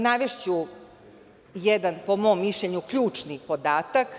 Navešću jedan, po mom mišljenju, ključni podatak.